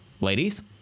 Ladies